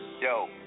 Yo